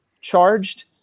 charged